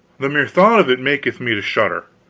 the mere thought of it maketh me to shudder.